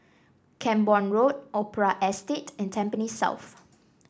Camborne Road Opera Estate and Tampines South